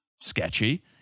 sketchy